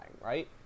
right